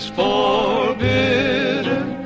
forbidden